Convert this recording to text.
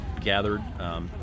gathered